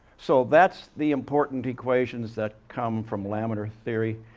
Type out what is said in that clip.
so, that's the important equations that come from laminar theory,